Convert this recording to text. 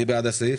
מי בעד הסעיף?